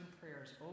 prayers